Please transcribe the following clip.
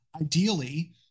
ideally